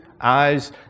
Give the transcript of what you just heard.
eyes